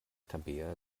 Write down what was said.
tabea